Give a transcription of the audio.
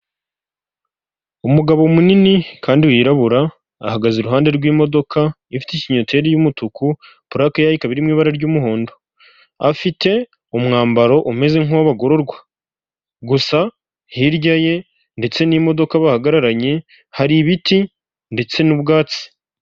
Umugabo munini kandi wirabura, ahagaze iruhande rw'imodoka ifite ikinyoteri y'umutuku, purake yayo ikaba iri mu ibara ry'umuhondo, afite umwambaro umeze nk'uwabagororwa, gusa hirya ye ndetse n'imodoka bahagararanye hari ibiti ndetse n'ubwatsi.